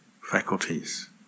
faculties